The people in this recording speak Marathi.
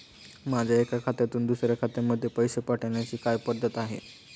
माझ्या एका खात्यातून दुसऱ्या खात्यामध्ये पैसे पाठवण्याची काय पद्धत आहे?